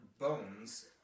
bones